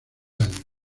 años